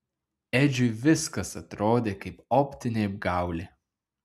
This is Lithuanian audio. edžiui viskas atrodė kaip optinė apgaulė